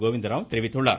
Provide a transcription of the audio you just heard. கோவிந்தராவ் தெரிவித்துள்ளார்